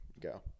go